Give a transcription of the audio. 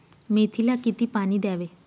मेथीला किती पाणी द्यावे?